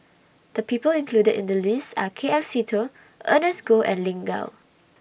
The People included in The list Are K F Seetoh Ernest Goh and Lin Gao